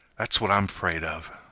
s what i m fraid of